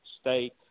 state